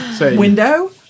Window